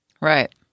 Right